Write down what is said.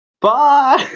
Bye